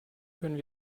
können